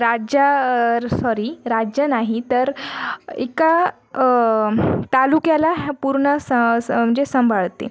राज्या सॉरी राज्य नाही तर एका तालुक्याला ह्या पूर्ण स स म्हणजे सांभाळते